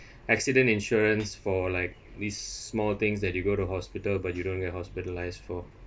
accident insurance for like this small things that you go to hospital but you don't get hospitalised for